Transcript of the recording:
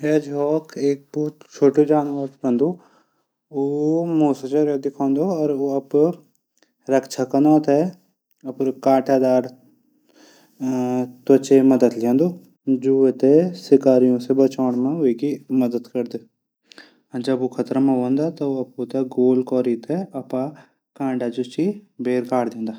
हेजहॉग एक छुटू जानवर हूंदू। ऊ मूशू जनों दिखौदू। ऊ अपडी रक्षा कनो थै। ऊ काटादार त्वचा मदद लींदू। जू वेथे शिकारियों से बचौण मा मदद करदू। जब ऊ खतरा मां हूदू। ऊ थै गोल कौरू थै। कांटा जू छन भैर निकाल दिंदा।